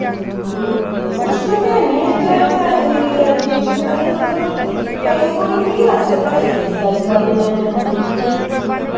मुश्कल ते है नी ऐ इत्थै प्राइमरी ऐजुकेशन ताईं मतलब पंजमीं धोड़ी केह् अजकल केह् पढ़ाई रेह्दी अजकल ते इन्ना इन्ना कंपिटिशन ऐ